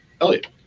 Elliot